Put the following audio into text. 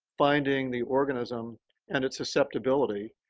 binding the organism and its susceptibility,